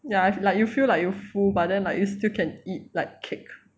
ya like you feel like you full but then like you still can eat like cake